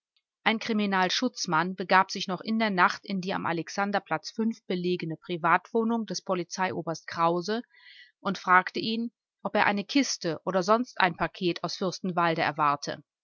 ein kriminalschutzmann begab sich noch in der nacht in die am alexanderplatz fünf belegene privatwohnung des polizeioberst krause und fragte ihn ob er eine kiste oder sonst ein paket aus fürstenwalde erwarte